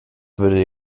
würde